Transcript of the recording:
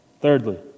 Thirdly